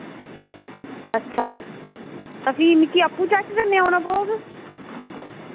अच्छा ते भी मिगी आपूं चैक करने गी औना पौग